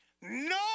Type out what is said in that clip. No